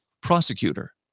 prosecutor